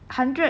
then